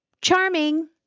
charming